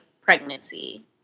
pregnancy